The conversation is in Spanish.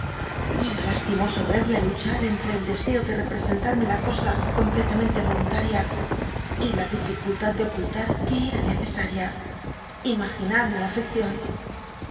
era lastimoso cl'lc luchar cntte el deseo de representarme la cosa completamente voluntaria y la dilcultad de ocullw c ue era nccesmia i imaginad mi afiiccion